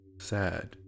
Sad